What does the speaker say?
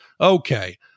okay